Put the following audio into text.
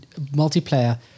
multiplayer